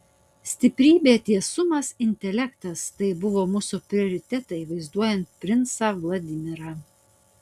stiprybė tiesumas intelektas tai buvo mūsų prioritetai vaizduojant princą vladimirą